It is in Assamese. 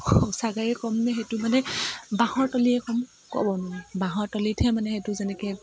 শৌচাগাৰেই ক'ম নে হেইটো মানে বাঁহৰ তলিয়ে ক'ম ক'ব নোৱ বাঁহৰ তলিতহে মানে হেইটো যেনেকে